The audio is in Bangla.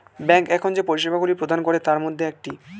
ব্যাংক এখন যে পরিষেবাগুলি প্রদান করে তার মধ্যে একটি